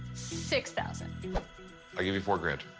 six thousand i'll give you four grand.